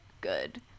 good